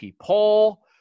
poll